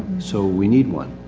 so we need one.